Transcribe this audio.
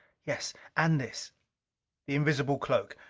yes. and this the invisible cloak.